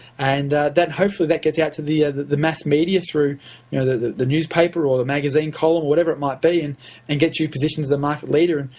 and then hopefully, that gets out to the the mass media through yeah the the newspaper or the magazine column, whatever it might be, and and gets you positioned as the market leader,